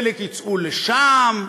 חלק יצאו לשם,